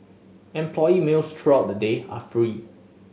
employee meals throughout the day are free